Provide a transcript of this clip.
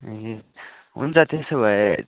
ए हुन्छ त्यसो भए